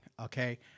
okay